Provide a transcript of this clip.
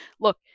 look